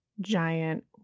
giant